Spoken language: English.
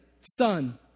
son